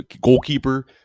goalkeeper